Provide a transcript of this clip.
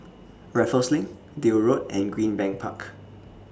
Raffles LINK Deal Road and Greenbank Park